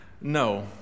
No